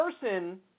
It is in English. person